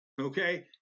Okay